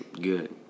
good